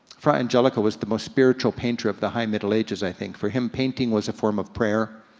fra angelico was the most spiritual painter of the high middle ages, i think. for him, painting was a form of prayer.